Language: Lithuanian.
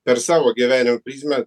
per savo gyvenimo prizmę